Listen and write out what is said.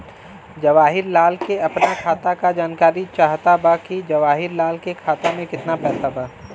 जवाहिर लाल के अपना खाता का जानकारी चाहत बा की जवाहिर लाल के खाता में कितना पैसा बा?